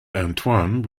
antoine